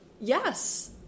yes